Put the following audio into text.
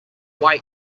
white